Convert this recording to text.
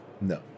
No